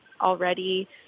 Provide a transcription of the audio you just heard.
already